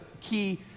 key